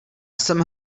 jsem